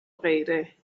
غیره